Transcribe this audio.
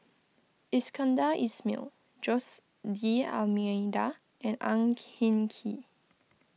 Iskandar Ismail Jose D'Almeida and Ang Hin Kee